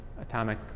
atomic